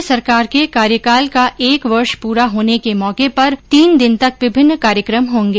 राज्य सरकार के कार्यकाल के एक वर्ष प्ररा होने के मौके पर तीन दिन तक विभिन्न कार्यक्रम होंगे